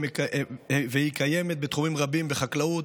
היא קיימת בתחומים רבים: בחקלאות,